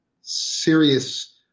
serious